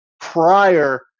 prior